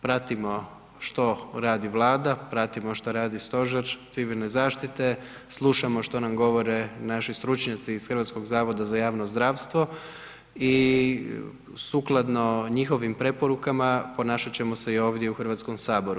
Pratimo što radi Vlada, pratimo što radi Stožer civilne zaštite, slušamo što nam govore naši stručnjaci iz Hrvatskog zavoda za javno zdravstvo i sukladno njihovim preporukama ponašat ćemo se i ovdje u HS-u.